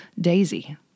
Daisy